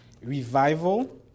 Revival